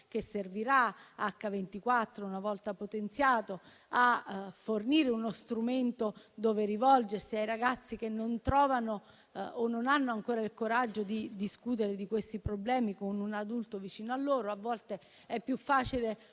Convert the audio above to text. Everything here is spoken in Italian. che servirà H24, una volta potenziato, a fornire uno strumento a cui rivolgersi ai ragazzi che non trovano o non hanno ancora il coraggio di discutere di questi problemi con un adulto vicino a loro. A volte è più facile